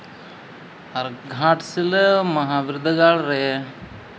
ᱟᱨ ᱜᱷᱟᱴᱥᱤᱞᱟᱹ ᱢᱚᱦᱟ ᱵᱤᱨᱫᱟᱹᱜᱟᱲ ᱨᱮ